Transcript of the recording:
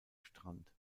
strand